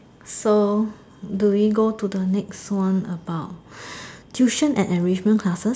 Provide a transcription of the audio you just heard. so do we go to the next one about tuition and enrichment classes